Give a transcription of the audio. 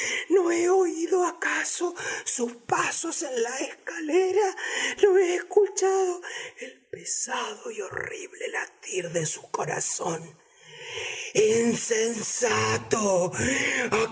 no he oído acaso sus pasos en la escalera no he escuchado el pesado y horrible latir de su corazón insensato